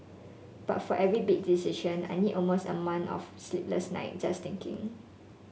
but for every big decision I need almost a month of sleepless night just thinking